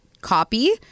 copy